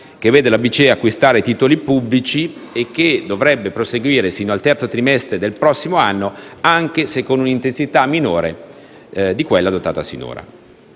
che vede la BCE acquistare titoli pubblici e che dovrebbe proseguire sino al terzo trimestre del prossimo anno, anche se con una intensità minore di quella adottata sinora.